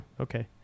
Okay